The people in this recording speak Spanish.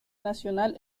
nacional